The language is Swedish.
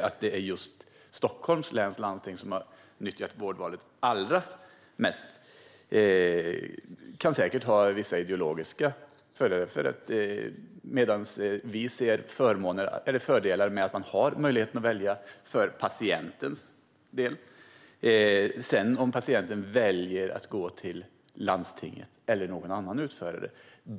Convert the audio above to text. Att det är just Stockholms läns landsting som har utnyttjat vårdvalet allra mest kan säkert ha vissa ideologiska skäl. Vi ser fördelar med möjligheter för patienten att välja. Om patienten väljer att gå till landstinget eller någon annan utförare